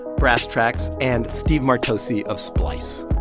brasstracks and steve martocci of splice.